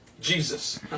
Jesus